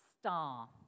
star